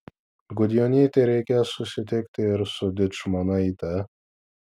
gudjonytei reikės susitikti ir su dičmonaite